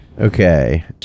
Okay